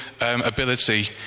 ability